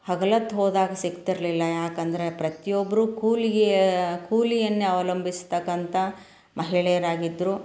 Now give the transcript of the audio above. ಹಗಲೊತ್ತು ಹೋದಾಗ ಸಿಕ್ತಿರಲಿಲ್ಲ ಯಾಕಂದರೆ ಪ್ರತಿಯೊಬ್ರು ಕೂಲಿಗೆ ಕೂಲಿಯನ್ನೇ ಅವ್ಲಂಬಿಸ್ತಕ್ಕಂಥ ಮಹಿಳೆಯರಾಗಿದ್ದರು